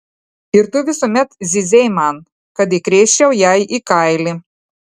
ir tu visuomet zyzei man kad įkrėsčiau jai į kailį